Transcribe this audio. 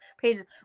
pages